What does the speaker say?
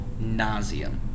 nauseum